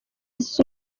azize